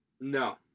No